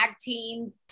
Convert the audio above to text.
team